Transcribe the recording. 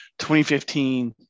2015